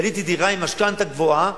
קניתי דירה עם משכנתה גבוהה.